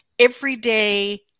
everyday